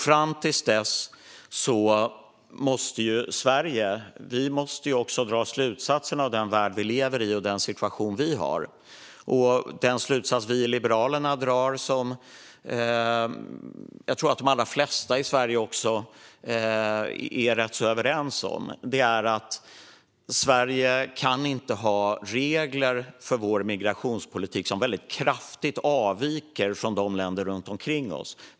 Fram till dess måste Sverige dra slutsatserna av den värld vi lever i och den situation vi har. Den slutsats vi i Liberalerna drar, som jag tror att de allra flesta i Sverige är rätt överens om, är att Sverige inte kan ha regler för vår migrationspolitik som kraftigt avviker från reglerna i länderna runt omkring oss.